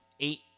eight